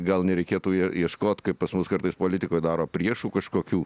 gal nereikėtų ie ieškot kaip pas mus kartais politikoj daro priešų kažkokių